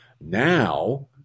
Now